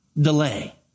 delay